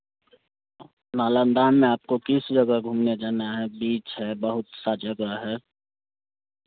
नालंदा में आपको किस जगह घूमने जाना है बीच है बहुत सा जगह है